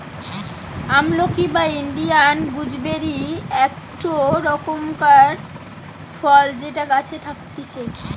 আমলকি বা Indian gooseberry একটো রকমকার ফল যেটা গাছে থাকতিছে